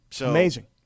Amazing